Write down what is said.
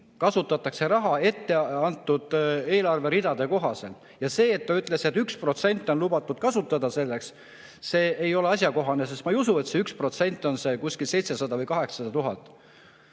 kasutatakse raha etteantud eelarveridade kohaselt. See, et ta ütles, et 1% on lubatud kasutada selleks – see ei ole asjakohane, sest ma ei usu, et see 1% on kuskil 700 000 või 800 000.